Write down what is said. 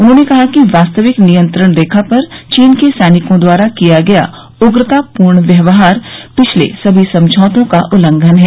उन्होंने कहा कि वास्तविक नियंत्रण रेखा पर चीन के सैनिकों द्वारा किया गया उग्रतापूर्ण व्यवहार पिछले सभी समझौतों का उल्लंघन है